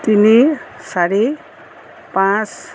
তিনি চাৰি পাঁচ